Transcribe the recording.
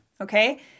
okay